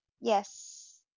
Yes